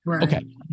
Okay